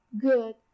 good